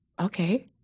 okay